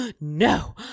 no